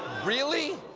really?